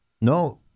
No